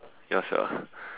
ya sia